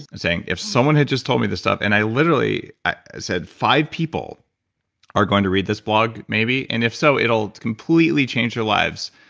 and saying, if someone had just told me this stuff. and i literally said, five people are going to read this blog, maybe, and if so it'll completely change their lives.